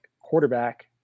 quarterback